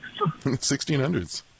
1600s